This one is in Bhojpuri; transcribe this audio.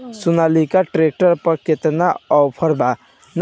सोनालीका ट्रैक्टर पर केतना ऑफर बा?